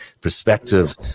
perspective